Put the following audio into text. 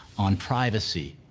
on privacy.